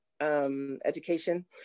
education